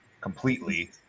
completely